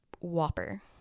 Whopper